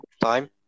time